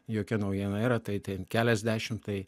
jokia naujiena yra tai ten keliasdešimt tai